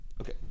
okay